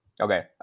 Okay